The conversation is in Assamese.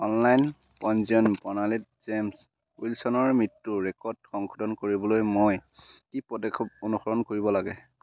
অনলাইন পঞ্জীয়ন প্ৰণালীত জেমছ্ উইলছনৰ মৃত্যুৰ ৰেকৰ্ড সংশোধন কৰিবলৈ মই কি পদক্ষেপ অনুসৰণ কৰিব লাগে